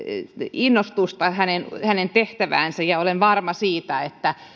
innostusta tehtäväänsä ja olen varma siitä että